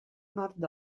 nord